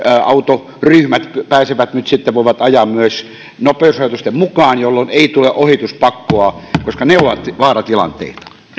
autoryhmät pääsevät nyt sitten tähän että voivat myös ajaa nopeusrajoitusten mukaan jolloin ei tule ohituspakkoa koska ne ovat vaaratilanteita